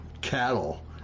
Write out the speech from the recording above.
cattle